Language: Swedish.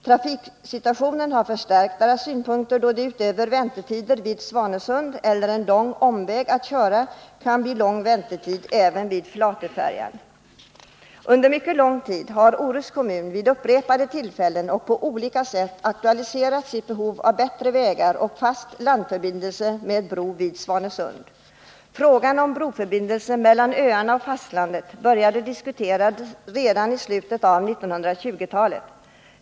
Trafiksituationen har förstärkt deras synpunkter, då det utöver väntetider vid Svanesund eller lång omväg att köra kan bli fråga om lång väntan även vid Flatöfärjan. Under mycket lång tid har Orusts kommun vid upprepade tillfällen och på olika sätt aktualiserat sitt behov av bättre vägar och fast landförbindelse med bro vid Svanesund. Frågan om broförbindelse mellan öarna och fastlandet började diskuteras redanislutet av 1920-talet.